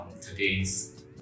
today's